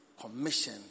commission